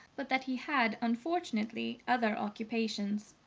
but that he had unfortunately other occupations.